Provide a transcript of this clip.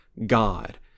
God